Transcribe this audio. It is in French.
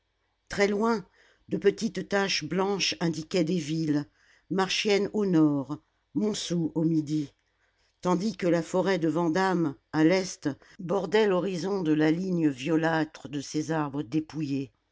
très loin de petites taches blanches indiquaient des villes marchiennes au nord montsou au midi tandis que la forêt de vandame à l'est bordait l'horizon de la ligne violâtre de ses arbres dépouillés